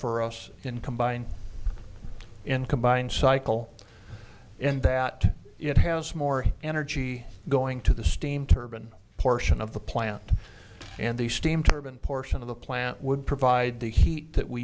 for us in combined in combined cycle and that it has more energy going to the steam turban portion of the plant and the steam turbine portion of the plant would provide the heat that we